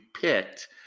picked